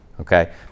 Okay